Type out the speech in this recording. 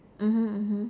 mmhmm mmhmm